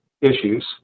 issues